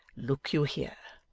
look you here.